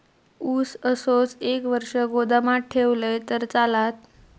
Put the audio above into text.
ऊस असोच एक वर्ष गोदामात ठेवलंय तर चालात?